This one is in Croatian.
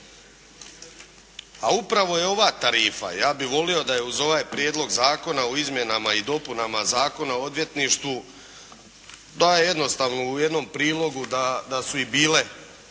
A upravo je ova tarifa, ja bih volio da je uz ovaj Prijedlog zakona o izmjenama i dopunama Zakona o odvjetništvu da jednostavno u jednom prilogu da su i bile